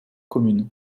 communes